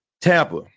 Tampa